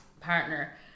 partner